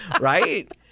right